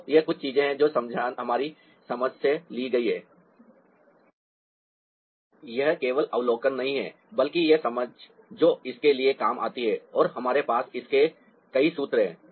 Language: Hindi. तो ये कुछ चीजें हैं जो हमारी समझ से ली गई हैं यह केवल अवलोकन नहीं है बल्कि यह समझ जो इसके लिए काम आती है और हमारे पास इसके कई सूत्र हैं